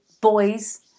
boys